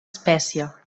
espècie